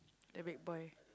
the big boy